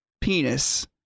penis